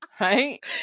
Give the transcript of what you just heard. right